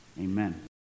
Amen